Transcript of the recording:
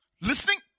Listening